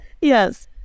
Yes